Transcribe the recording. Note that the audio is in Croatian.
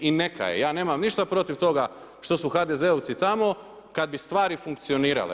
I neka je ja nemam ništa protiv toga što su HDZ-ovci tamo kad bi stvari funkcionirale.